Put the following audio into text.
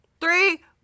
three